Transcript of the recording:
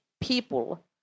people